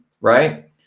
right